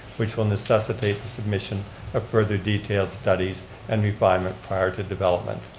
which will necessitate submission of further detail studies and refinement prior to development.